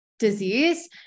disease